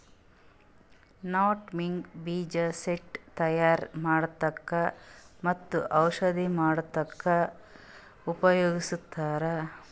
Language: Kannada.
ನಟಮೆಗ್ ಬೀಜ ಸೆಂಟ್ ತಯಾರ್ ಮಾಡಕ್ಕ್ ಮತ್ತ್ ಔಷಧಿ ಮಾಡಕ್ಕಾ ಉಪಯೋಗಸ್ತಾರ್